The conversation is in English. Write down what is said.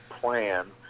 plan